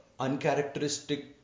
uncharacteristic